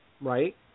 Right